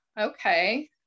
okay